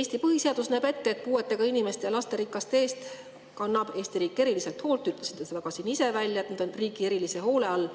Eesti põhiseadus näeb ette, et puuetega inimeste ja lasterikaste [perede] eest kannab Eesti riik eriliselt hoolt. Ütlesite ka ise siin välja, et nad on riigi erilise hoole all.